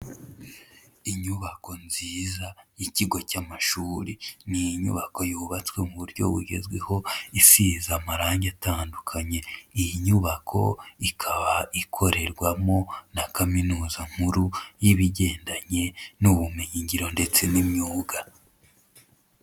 Inyubako nziza y'ikigo cy'amashuri, ni inyubako yubatswe mu buryo bugezweho, isize amarangi atandukanye. Iyi nyubako ikaba ikorerwamo na kaminuza nkuru y'ibigendanye n'ubumenyingiro ndetse n'imyuga